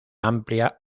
amplia